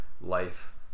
life